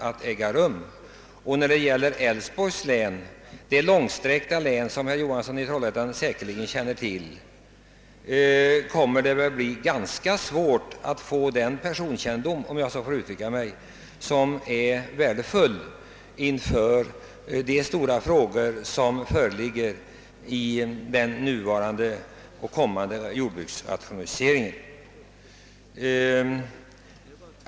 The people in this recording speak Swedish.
Och med en sådan representation i lantbruksnämnden i Älvs borgs län — det långsträckta län, som herr Johansson i Trollhättan säkerligen känner till — kommer det väl att bli ganska svårt att få den personkännedom — om jag så får uttrycka mig — som är så värdefull vid behandlingen av de stora frågor som föreligger med tanke på den nuvarande och kommande jordbruksrationaliseringen.